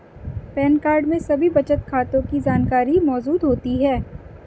pan card में सभी बचत खातों की जानकारी मौजूद होती है